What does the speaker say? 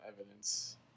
evidence